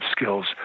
skills